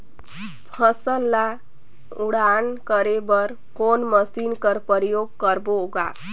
फसल ल उड़ान करे बर कोन मशीन कर प्रयोग करबो ग?